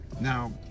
Now